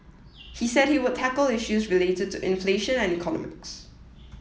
he said he would tackle issues related to inflation and economics